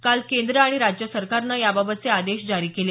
काल केंद्र आणि राज्य सरकारनं याबाबतचे आदेश जारी केले